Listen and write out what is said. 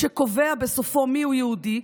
שקובע בסופו מיהו יהודי,